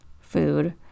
food